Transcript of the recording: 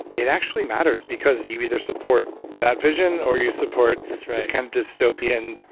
it actually matters, because you either support that vision, or you support this kind of dystopian,